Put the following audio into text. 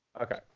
Okay